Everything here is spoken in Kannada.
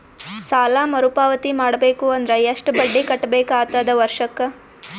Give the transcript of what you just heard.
ಸಾಲಾ ಮರು ಪಾವತಿ ಮಾಡಬೇಕು ಅಂದ್ರ ಎಷ್ಟ ಬಡ್ಡಿ ಕಟ್ಟಬೇಕಾಗತದ ವರ್ಷಕ್ಕ?